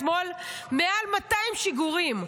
אתמול מעל 200 שיגורים,